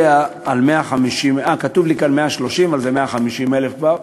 אה, כתוב לי כאן 130,000, אבל זה 150,000 כבר.